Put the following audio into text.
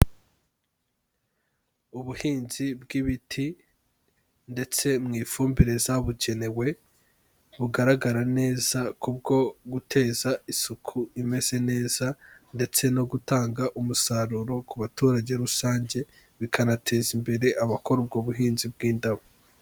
Ubuhinzi bw'ibiti, ndetse mu ifumbire zabugenewe, bugaragara neza kubwo guteza isuku imeze neza, ndetse no gutanga umusaruro ku baturage rusange bikanateza imbere abakora ubwo buhinzi bw'indabo.